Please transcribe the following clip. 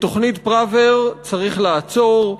את תוכנית פראוור צריך לעצור,